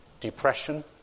Depression